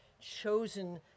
chosen